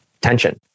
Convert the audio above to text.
tension